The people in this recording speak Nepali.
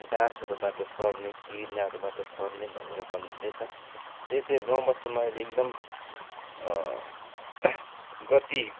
डाँसहरूबाट सर्ने किर्नाहरूबाट सर्ने भनेर भनिँदैछ त्यो चाहिँ गाउँ बस्तीमा अहिले एकदम गति